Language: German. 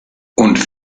und